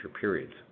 periods